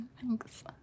Thanks